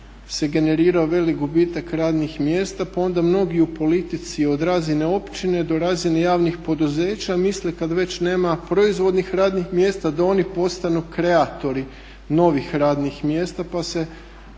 se generirao veliki gubitak radnih mjesta pa onda mnogi u politici od razine općine do razine javnih poduzeća misle kada već nema proizvodnih radnih mjesta da oni postanu kreatori novih radnih mjesta, pa se